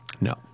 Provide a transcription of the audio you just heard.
No